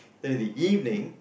then in the evening